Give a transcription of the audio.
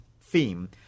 theme